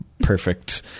perfect